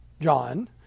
John